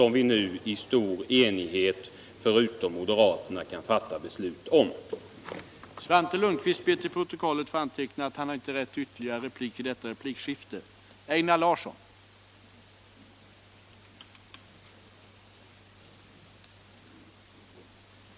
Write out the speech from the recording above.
Vi har nu ett förslag som vi — förutom moderaterna — i stor enighet kan fatta beslut om.